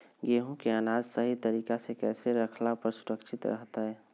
गेहूं के अनाज सही तरीका से कैसे रखला पर सुरक्षित रहतय?